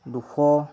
দুশ